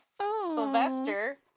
Sylvester